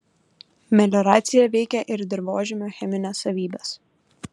melioracija veikia ir dirvožemio chemines savybes